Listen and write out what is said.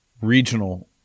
regional